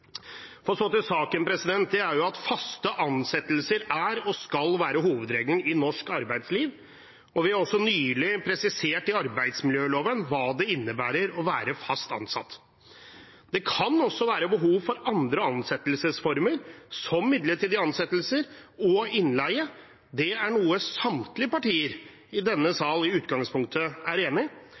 Så til saken: Faste ansettelser er og skal være hovedregelen i norsk arbeidsliv, og vi har også nylig presisert i arbeidsmiljøloven hva det innebærer å være fast ansatt. Det kan også være behov for andre ansettelsesformer, som midlertidige ansettelser og innleie – det er noe samtlige partier i denne sal i utgangspunktet er